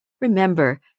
remember